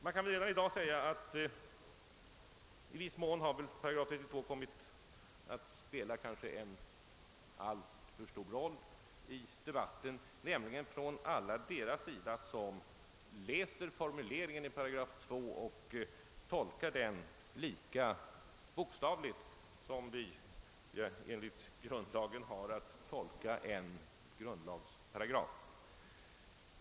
Man kan väl redan i dag säga att i viss mån har § 32 kommit att spela en kanske alltför stor roll i debatten, nämligen från alla deras sida som läser formuleringen i § 32 och tolkar den lika bokstavligt som vi enligt grundlagen har att tolka en grundlagsparagraf.